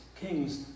kings